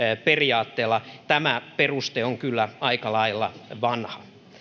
periaatteella ja tämä peruste on kyllä aika lailla vanha